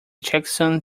checksum